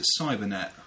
Cybernet